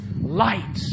light